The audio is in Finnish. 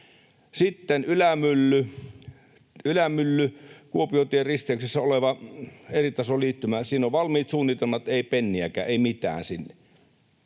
Sitten Ylämylly, Kuopiontien risteyksessä oleva eritasoliittymä. Siinä on valmiit suunnitelmat: ei penniäkään, ei mitään sinne.